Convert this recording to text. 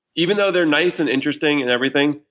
even though they're nice and interesting and everything,